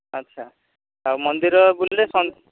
ଆଚ୍ଛା ଆଉ ମନ୍ଦିର ବୁଲିଲେ